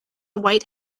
white